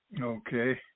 Okay